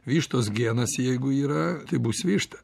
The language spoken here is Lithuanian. vištos genas jeigu yra tai bus višta